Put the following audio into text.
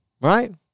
right